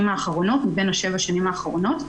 האחרונות מבין שבע השנים האחרונות.